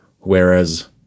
Whereas